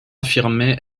affirmé